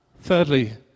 Thirdly